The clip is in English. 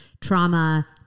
trauma